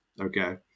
okay